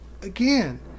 again